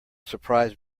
surprise